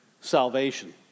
salvation